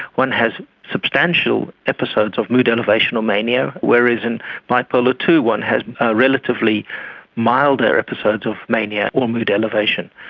one has substantial episodes of mood elevation or mania, whereas in bipolar two one has relatively milder episodes of mania or mood elevation.